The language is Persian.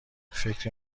فکر